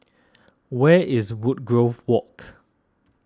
where is Woodgrove Walk